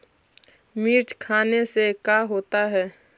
मिर्ची खाने से का होता है?